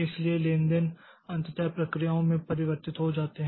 इसलिए लेनदेन अंततः प्रक्रियाओं में परिवर्तित हो जाते हैं